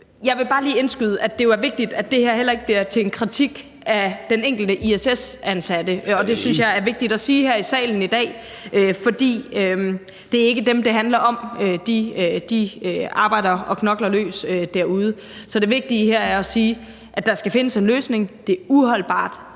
Jeg vil bare lige indskyde, at det jo er vigtigt, at det heller ikke bliver til en kritik af den enkelte ISS-ansatte, og det synes jeg er vigtigt at sige her i salen i dag, fordi det ikke er dem, det handler om. De arbejder og knokler løs derude. Så det vigtige her er at sige, at der skal findes en løsning. Det er uholdbart,